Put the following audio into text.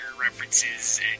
references